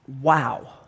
wow